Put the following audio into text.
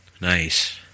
nice